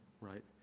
right